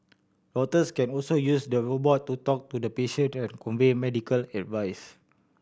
doctors can also use the robot to talk to the patient and convey medical advice